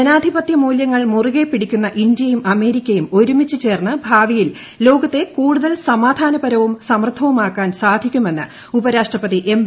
ജന്നാധിപ്പത്യമൂല്യങ്ങൾ മുറുകെ പിടിക്കുന്ന ഇന്ത്യയും അമേരിക്കയും ഏരൂമിച്ച് ചേർന്ന് ഭാവിയിൽ ലോക കൂടുതൽ സമാക്ട്രാന്പ്പരവും സമൃദ്ധവുമാക്കാൻ ത്തെ സാധിക്കുമെന്ന് ഉപരാഷ്ട്രപതി ് എം്